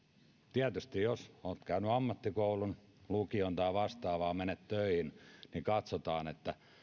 tietysti jos olet käynyt ammattikoulun lukion tai vastaavan ja menet töihin niin katsotaan että